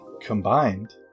combined